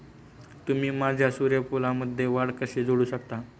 तुम्ही माझ्या सूर्यफूलमध्ये वाढ कसे जोडू शकता?